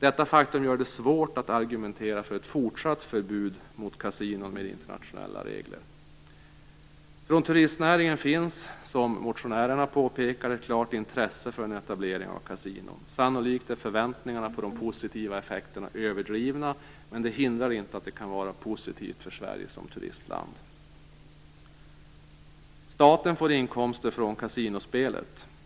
Detta faktum gör det svårt att argumentera för ett fortsatt förbud mot kasinon med internationella regler. Från turistnäringen finns, som motionärerna påpekade, ett klart intresse för en etablering av kasinon. Sannolikt är förväntningarna på de positiva effekterna överdrivna, men det hindrar inte att det kan vara positivt för Sverige som turistland. Staten får inkomster från kasinospelet.